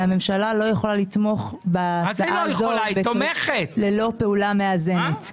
והממשלה לא יכולה לתמוך בהצעה הזאת ללא פעולה מאזנת.